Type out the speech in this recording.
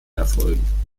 erfolgen